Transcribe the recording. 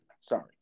sorry